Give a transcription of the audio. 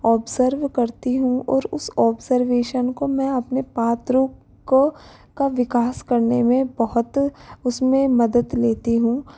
observe करती हूँ और उस ऑब्जरवेशन को मैं अपने पात्रों को का विकास करने में बहुत उसमें मदद लेती हूँ